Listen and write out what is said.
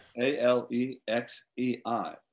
A-L-E-X-E-I